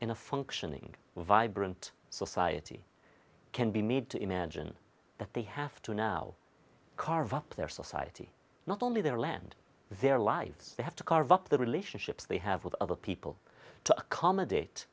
in a functioning vibrant society can be made to imagine that they have to now carve up their society not only their land their lives they have to carve up the relationships they have with other people to accommodate